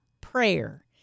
prayer